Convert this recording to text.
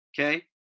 Okay